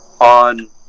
on